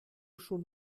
schon